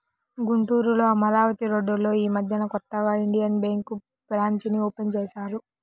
గుంటూరులో అమరావతి రోడ్డులో యీ మద్దెనే కొత్తగా ఇండియన్ బ్యేంకు బ్రాంచీని ఓపెన్ చేశారు